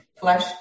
Flesh